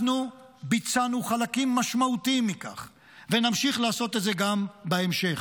אנחנו ביצענו חלקים משמעותיים מכך ונמשיך לעשות את זה גם בהמשך.